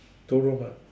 two room ah